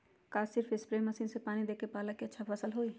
का सिर्फ spray machine से पानी देके पालक के अच्छा फसल होई?